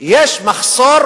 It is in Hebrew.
יש מחסור